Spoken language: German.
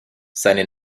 seine